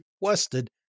requested